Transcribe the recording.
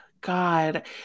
God